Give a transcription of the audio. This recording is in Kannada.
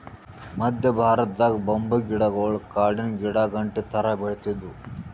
ಮದ್ಯ ಭಾರತದಾಗ್ ಬಂಬೂ ಗಿಡಗೊಳ್ ಕಾಡಿನ್ ಗಿಡಾಗಂಟಿ ಥರಾ ಬೆಳಿತ್ತಿದ್ವು